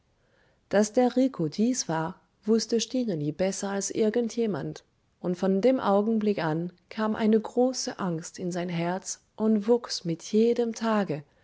daß der rico dies war wußte stineli besser als irgend jemand und von dem augenblick an kam eine große angst in sein herz und wuchs mit jedem tage